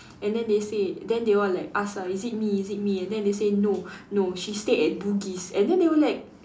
and then they say then they all are like ask ah is it me is it me and then he say no no she stay at Bugis and then they were like